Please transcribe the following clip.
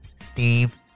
Steve